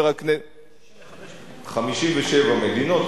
65. 57 מדינות.